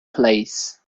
place